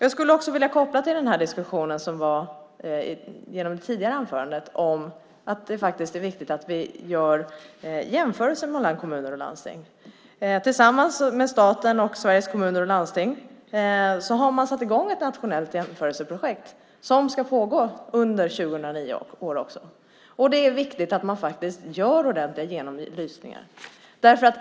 Jag skulle också vilja anknyta till diskussionen i tidigare anföranden om att det faktiskt är viktigt att vi gör jämförelser mellan kommuner och landsting. Tillsammans med staten och Sveriges Kommuner och Landsting har man satt i gång ett nationellt jämförelseprojekt som ska pågå under 2009. Det är viktigt att man faktiskt gör ordentliga genomlysningar.